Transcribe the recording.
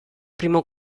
primo